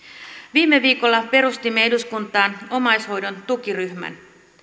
viime viikolla perustimme eduskuntaan omaishoidon tukiryhmän